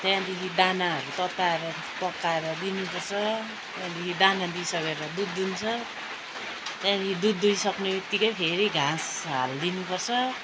त्यहाँदेखि दानाहरू तताएर पकाएर दिनुपर्छ त्यहाँदेखि दाना दिइसकेर दुध दुहुन्छ त्यहाँदेखि दुध दुहिसक्ने बित्तिकै फेरि घाँस हालिदिनु पर्छ